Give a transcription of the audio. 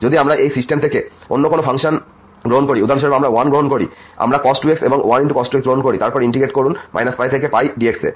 যদি আমরা এই সিস্টেম থেকে কোন দুটি ফাংশন গ্রহণ করি উদাহরণস্বরূপ আমরা 1 গ্রহণ করি আমরা cos 2x এবং 1 ×cos 2x গ্রহণ করি এবং তারপ ইন্টিগ্রেট করুন -π থেকে π dx এ